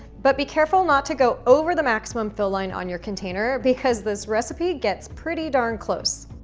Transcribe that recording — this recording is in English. but be careful not to go over the maximum fill line on your container because this recipe gets pretty darn close.